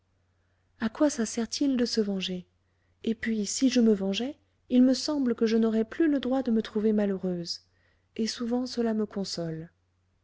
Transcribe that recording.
à quoi ça sert-il de se venger et puis si je me vengeais il me semble que je n'aurais plus le droit de me trouver malheureuse et souvent cela me console